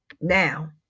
Now